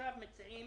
ועכשיו מציעים